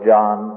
John